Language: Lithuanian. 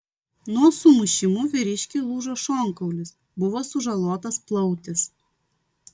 nuo sumušimų vyriškiui lūžo šonkaulis buvo sužalotas plautis